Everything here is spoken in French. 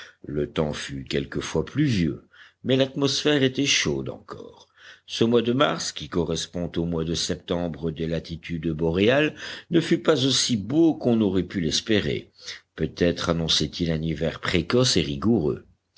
le temps fut quelquefois pluvieux mais l'atmosphère était chaude encore ce mois de mars qui correspond au mois de septembre des latitudes boréales ne fut pas aussi beau qu'on aurait pu l'espérer peut-être annonçait il un hiver précoce et rigoureux